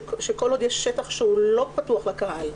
שכל עוד יש שטח שהוא לא פתוח לקהל,